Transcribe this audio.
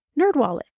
Nerdwallet